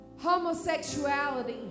homosexuality